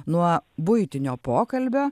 nuo buitinio pokalbio